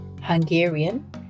Hungarian